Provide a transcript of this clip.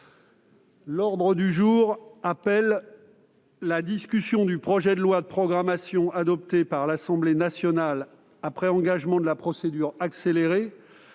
L'ordre du jour appelle la discussion du projet de loi, adopté par l'Assemblée nationale après engagement de la procédure accélérée,